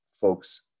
folks